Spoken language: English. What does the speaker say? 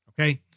okay